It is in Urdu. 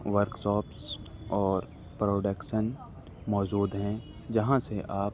ورکساپس اور پروڈکسن موجود ہیں جہاں سے آپ